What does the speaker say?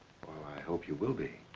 i hope you will be.